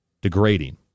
degrading